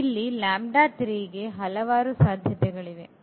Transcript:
ಇಲ್ಲಿ ಗೆ ಹಲವಾರು ಸಾಧ್ಯತೆಗಳಿವೆ